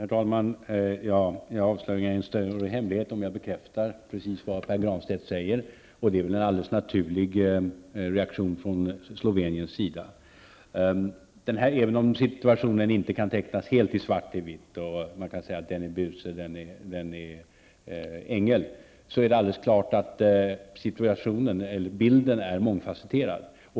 Herr talman! Jag avslöjar ingen större hemlighet om jag bekräftar precis vad Pär Granstedt säger. Det är en alldeles naturlig reaktion från Sloveniens sida. Situationen kan inte tecknas helt i svart och vitt, så att man kan säga vem som är buse och vem som är ängel. Det är klart att bilden är mångfasetterad.